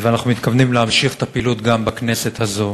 ואנחנו מתכוונים להמשיך את הפעילות גם בכנסת הזאת.